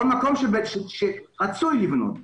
כל מקום שרצוי לבנות בו.